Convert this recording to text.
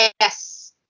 Yes